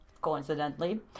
coincidentally